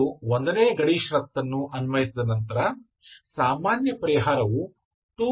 ಮೊದಲು 1 ನೇ ಗಡಿ ಷರತ್ತನ್ನು ಅನ್ವಯಿಸಿದ ನಂತರ ಸಾಮಾನ್ಯ ಪರಿಹಾರವು 2c1sinh μx ಆಗಿದೆ